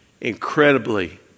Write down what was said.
incredibly